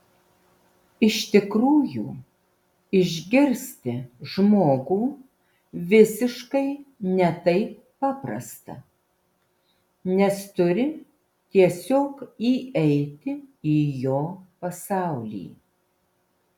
iš tikrųjų išgirsti žmogų visiškai ne taip paprasta nes turi tiesiog įeiti į jo pasaulį